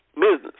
business